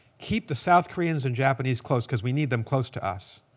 keep the south koreans and japanese close because we need them close to us.